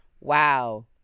wow